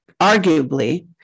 arguably